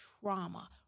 trauma